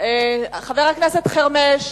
חבר הכנסת חרמש,